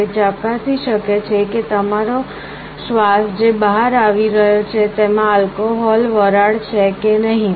તે ચકાસી શકે છે કે તમારો શ્વાસ જે બહાર આવી રહ્યો છે તેમાં આલ્કોહોલ વરાળ છે કે નહીં